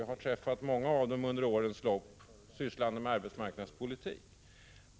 Jag har träffat många av dem under årens lopp då jag sysslat med arbetsmarknadspolitik.